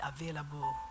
available